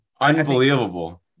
Unbelievable